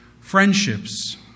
Friendships